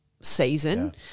season